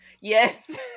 yes